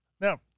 Now